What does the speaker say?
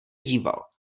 díval